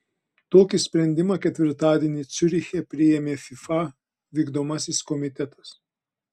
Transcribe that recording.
tokį sprendimą ketvirtadienį ciuriche priėmė fifa vykdomasis komitetas